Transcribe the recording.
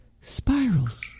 Spirals